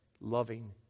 loving